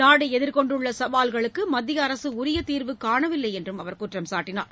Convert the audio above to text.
நாடு எதிர்கொண்டுள்ள சவால்களுக்கு மத்திய அரசு உரிய தீர்வு காணவில்லை என்றும் அவர் குற்றம்சாட்டனார்